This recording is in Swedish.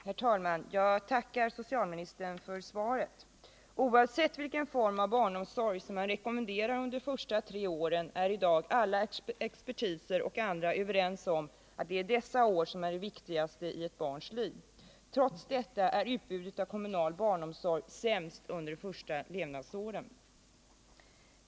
Herr talman! Jag tackar socialministern för svaret. Oavsett vilken form av barnomsorg som man rekommenderar under de första tre åren är i dag alla experter och andra överens om att det är dessa år som är de viktigaste i ett barns liv. Trots detta är utbudet av kommunal barnomsorg som sämst under de första levnadsåren.